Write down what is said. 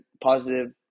positive